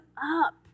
up